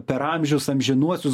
per amžius amžinuosius